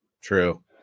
true